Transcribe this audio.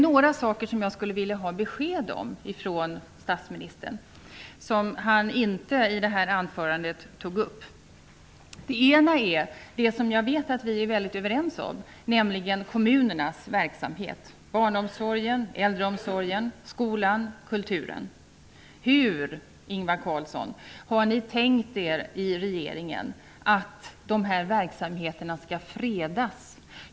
Men jag skulle vilja få besked från statsministern om några saker som han inte tog upp i sitt anförande här. En sak gäller, och det vet jag att vi är väldigt överens om, kommunernas verksamhet - Hur, Ingvar Carlsson, har ni i regeringen tänkt er att de här verksamheterna skall fredas?